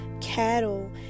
cattle